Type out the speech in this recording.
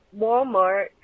Walmart